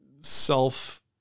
self